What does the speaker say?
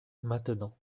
maintenant